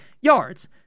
yards